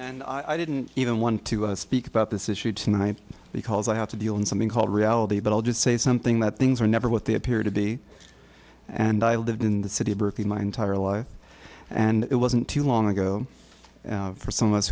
much i didn't even want to speak about this issue tonight because i have to be on something called reality but i'll just say something that things are never what they appear to be and i lived in the city of berkeley my entire life and it wasn't too long ago for some of us